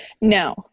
No